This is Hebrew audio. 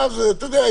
אתם יודעים,